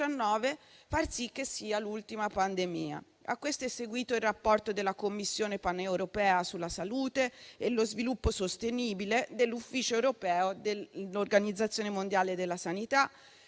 far sì che sia l'ultima pandemia». A questo è seguito il rapporto della commissione paneuropea sulla salute e lo sviluppo sostenibile dell'ufficio europeo dell'Organizzazione mondiale della sanità,